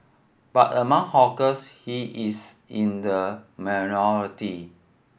but among hawkers he is in the minority